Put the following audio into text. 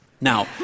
Now